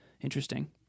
Interesting